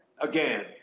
again